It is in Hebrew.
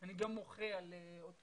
גם אני מוחה על אותו